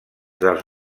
dels